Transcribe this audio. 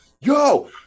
Yo